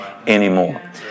anymore